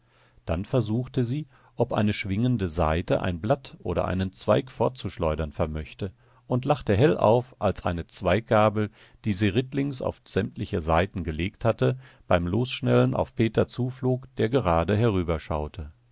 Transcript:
dann versuchte sie ob eine schwingende saite ein blatt oder einen zweig fortzuschleudern vermöchte und lachte hell auf als eine zweiggabel die sie rittlings auf sämtliche saiten gelegt hatte beim losschnellen auf peter zuflog der gerade